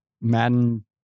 Madden